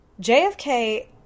JFK